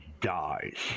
dies